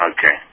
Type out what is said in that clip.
Okay